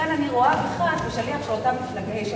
לכן אני רואה בך שליח של אותה ממשלה,